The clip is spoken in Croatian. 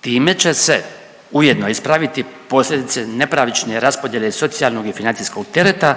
Time će se ujedno ispraviti posljedice nepravične raspodjele socijalnog i financijskog tereta